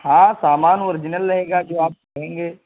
ہاں سامان اوریجنل رہے گا جو آپ کہیں گے